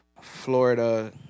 Florida